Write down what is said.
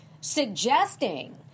suggesting